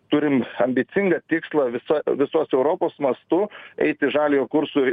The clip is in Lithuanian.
turim ambicingą tikslą visa visos europos mastu eiti žaliojo kurso